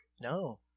No